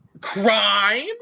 crime